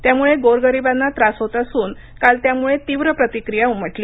त्यामुळे गोरगरिबांना त्रास होत असून काल त्यामुळे तीव्र प्रतिक्रीया उमटली